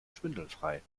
schwindelfrei